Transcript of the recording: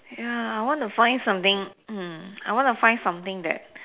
ya I want to find something hmm I want to find something that